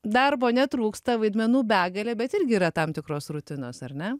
darbo netrūksta vaidmenų begalė bet irgi yra tam tikros rutinos ar ne